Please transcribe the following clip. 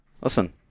Listen